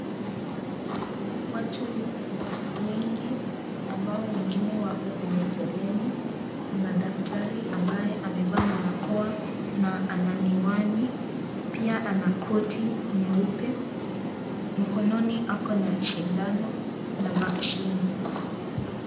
Watu wengi ambao wengine wako kwenye foleni kuna daktari ambaye amevaa barakoa na Ana miwani pia Ana koti nyeupe mkononi ako na sindano na vaccine .